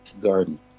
garden